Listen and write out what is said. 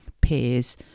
peers